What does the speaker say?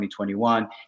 2021